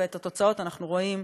ואת התוצאות אנחנו רואים.